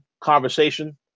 conversation